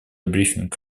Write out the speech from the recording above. брифинг